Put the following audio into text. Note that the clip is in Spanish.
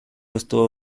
estuvo